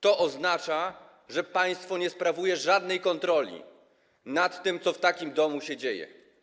To oznacza, że państwo nie sprawuje żadnej kontroli nad tym, co w takim domu się dzieje.